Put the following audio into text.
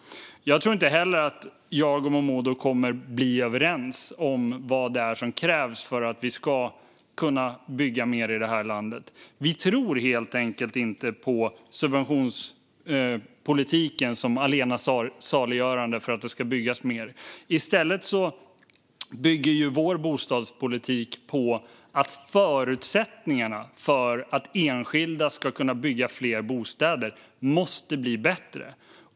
Jag tror inte heller att jag och Momodou kommer att bli överens om vad det är som krävs för att vi ska kunna bygga mer i det här landet. Vi tror helt enkelt inte på subventionspolitiken som det allena saliggörande för att det ska byggas mer. I stället bygger vår bostadspolitik på tanken att förutsättningarna för att enskilda ska kunna bygga fler bostäder måste bli bättre.